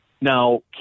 Now